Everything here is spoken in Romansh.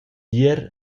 ier